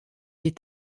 est